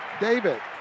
David